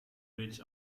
which